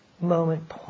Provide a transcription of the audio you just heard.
moment